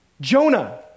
Jonah